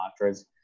mantras